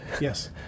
Yes